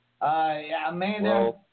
Amanda